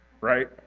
right